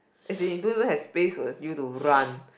as in don't even have space for you to run